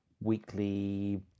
weekly